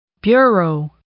bureau